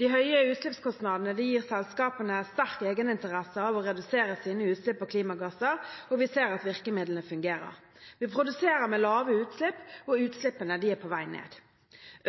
De høye utslippskostnadene gir selskapene sterk egeninteresse av å redusere sine utslipp av klimagasser. Vi ser at virkemidlene fungerer. Vi produserer med lave utslipp, og utslippene er på vei ned.